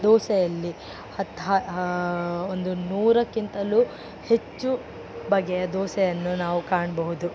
ದೋಸೆ ಅಲ್ಲಿ ಹತ್ತು ಹ ಒಂದು ನೂರಕ್ಕಿಂತಲೂ ಹೆಚ್ಚು ಬಗೆಯ ದೋಸೆಯನ್ನು ನಾವು ಕಾಣಬಹುದು